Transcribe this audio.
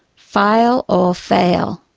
file, or fail.